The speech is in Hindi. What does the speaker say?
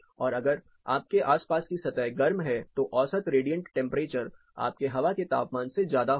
और अगर आपके आसपास की सतह गर्म है तो औसत रेडिएंट टेंपरेचर आपके हवा के तापमान से ज्यादा होगा